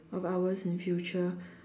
of ours in future